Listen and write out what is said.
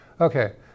okay